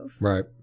Right